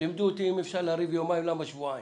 לימדו אותי אם אפשר לריב יומיים אז למה שבועיים.